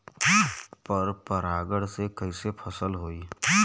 पर परागण से कईसे फसल होई?